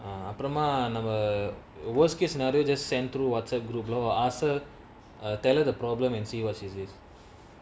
அப்புறமாநம்ம:apurama namma worst case scenario just send through whatsapp group ask her tell her the problem and see what's is it